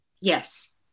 Yes